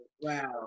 wow